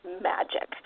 magic